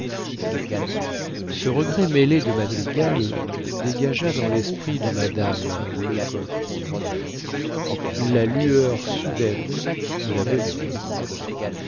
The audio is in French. ce regret mêlé de madrigal dégagea dans lesprit de mme lecoq hue la lueur soudaine de la bonne idée